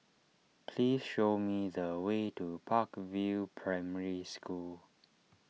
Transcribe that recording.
please show me the way to Park View Primary School